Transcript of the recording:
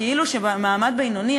כאילו מעמד בינוני,